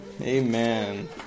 Amen